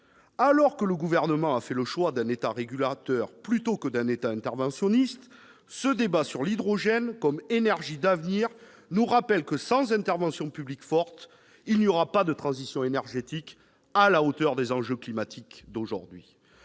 Alors que le Gouvernement a fait le choix d'un État régulateur plutôt que d'un État interventionniste, ce débat sur l'hydrogène comme énergie d'avenir nous rappelle que sans intervention publique forte, il n'y aura pas de transition énergétique à la hauteur des enjeux climatiques d'aujourd'hui.